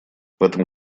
этом